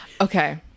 okay